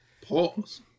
Pause